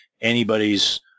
anybody's